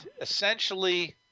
essentially